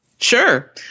Sure